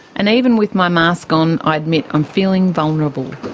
and even with my mask on, i admit, i'm feeling vulnerable,